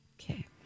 Okay